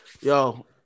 Yo